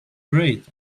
great